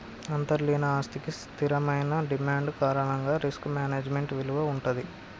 అంతర్లీన ఆస్తికి స్థిరమైన డిమాండ్ కారణంగా రిస్క్ మేనేజ్మెంట్ విలువ వుంటది